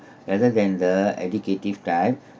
rather than the educative type